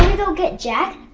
go get jack,